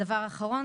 הדבר האחרון